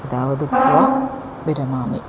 एतावदुक्त्वा विरमामि